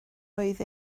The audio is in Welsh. oedd